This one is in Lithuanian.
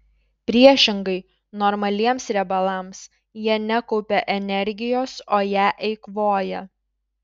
priešingai normaliems riebalams jie nekaupia energijos o ją eikvoja